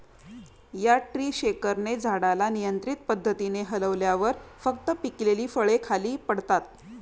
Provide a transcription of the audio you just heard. या ट्री शेकरने झाडाला नियंत्रित पद्धतीने हलवल्यावर फक्त पिकलेली फळे खाली पडतात